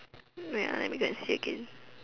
wait ah let me go and see again